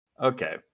okay